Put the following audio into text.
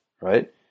Right